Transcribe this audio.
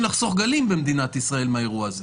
לחסוך גלים במדינת ישראל מהאירוע הזה.